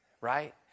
right